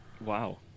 Wow